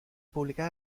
publicada